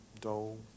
Dole